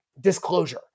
disclosure